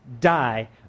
die